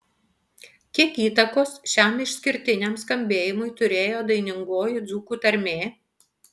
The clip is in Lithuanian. kiek įtakos šiam išskirtiniam skambėjimui turėjo dainingoji dzūkų tarmė